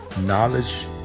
knowledge